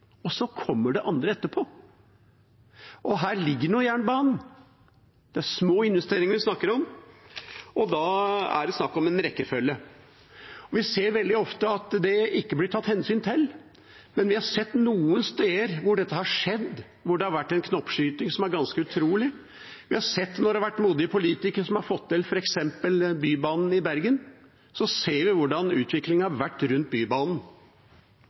og så kom det andre etterpå. Jernbanen ligger her. Det er små investeringer vi snakker om, og da er det snakk om en rekkefølge. Vi ser veldig ofte at dette ikke blir tatt hensyn til, men vi har sett noen steder der dette har skjedd, at det har vært en knoppskyting som er ganske utrolig. Vi har sett det når modige politikere har fått til f.eks. Bybanen i Bergen – vi ser hvordan utviklingen har vært rundt bybanen.